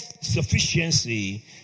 sufficiency